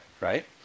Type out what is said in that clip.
right